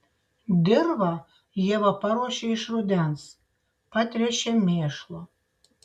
dirvą ieva paruošia iš rudens patręšia mėšlu